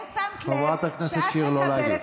חברת הכנסת שיר, לא להגיב.